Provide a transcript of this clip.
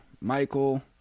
Michael